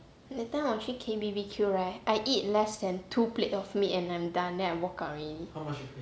that time 我去 K B_B_Q right I eat less than two plate of meat and I'm done then I walk you already